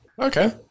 Okay